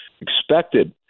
expected